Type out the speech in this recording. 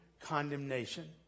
condemnation